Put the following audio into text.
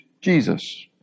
Jesus